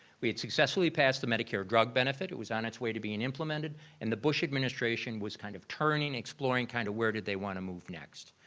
we had successfully passed the medicare drug benefit. it was on its way to being implemented and the bush administration was kind of turning, exploring kind of where did they want to move next.